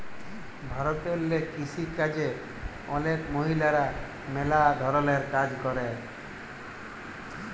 ভারতেল্লে কিসিকাজে অলেক মহিলারা ম্যালা ধরলের কাজ ক্যরে